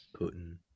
Putin